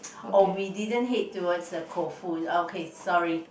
oh we didn't head towards the KouFu okay sorry